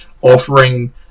offering